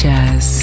Jazz